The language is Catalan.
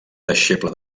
deixeble